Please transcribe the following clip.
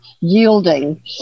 yielding